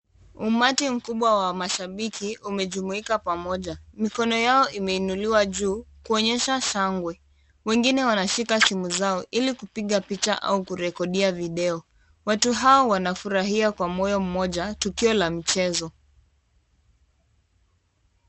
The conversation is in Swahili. Umati mkubwa wa mashabiki umejumuika pamoja. Mikono yao imeinuliwa juu kuonyesha shangwe. Wengine wanashika simu zao ili kupiga picha au kurekodia video. Watu hao wanafurahia kwa moyo mmoja tukio la mchezo.